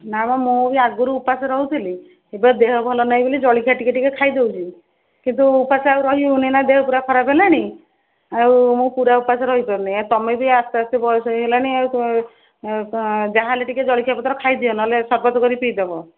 ନାଁ ବା ମୁଁ ବି ଆଗରୁ ଉପାସ ରହୁଥିଲି ଏବେ ଦେହ ଭଲ ନାହିଁ ବୋଲି ଜଳଖିଆ ଟିକିଏ ଟିକିଏ ଖାଇଦେଉଛି କିନ୍ତୁ ଉପାସ ଆଉ ରହିହଉନି ନାଁ ଦେହ ପୁରା ଖରାପ ହେଲାଣି ଆଉ ମୁଁ ପୁରା ଉପାସ ରହିପାରୁନି ଆଉ ତୁମେ ବି ଆସ୍ତେ ଆସ୍ତେ ବୟସ ହେଇଗଲାଣି ଆଉ ଯାହା ହେଲେ ଜଳଖିଆ କରି ଖାଇଦିଅ ନହେଲେ ସର୍ବତ କରି ପିଇଦେବ